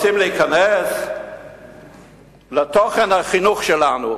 רוצים להיכנס לתוכן החינוך שלנו,